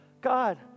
God